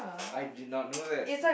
I did not know that